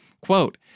Quote